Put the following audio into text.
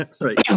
right